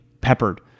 peppered